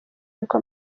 niko